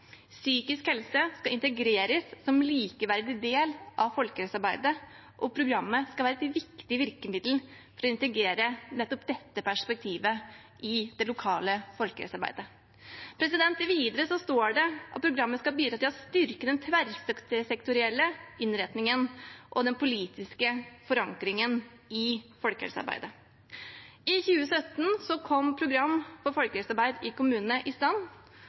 Psykisk helse skal integreres som likeverdig del av folkehelsearbeidet. Og programmet skal være et viktig virkemiddel for å integrere nettopp dette perspektivet i det lokale folkehelsearbeidet. Videre står det at programmet «skal bidra til å styrke den tverrsektorielle innretningen og den politiske forankringen i folkehelsearbeidet». I 2017 kom program for folkehelsearbeid i kommunene i stand,